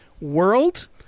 world